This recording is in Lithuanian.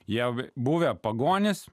jau buvę pagonys